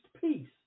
peace